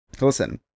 listen